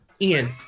ian